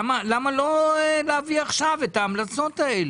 למה לא להביא עכשיו את ההמלצות האלה?